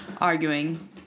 arguing